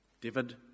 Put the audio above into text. David